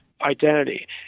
identity